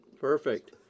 Perfect